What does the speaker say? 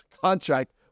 contract